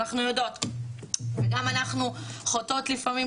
אנחנו יודעות וגם אנחנו חוטאות לפעמים,